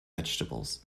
vegetables